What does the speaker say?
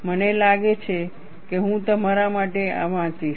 મને લાગે છે કે હું તમારા માટે આ વાંચીશ